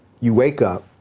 you wake up,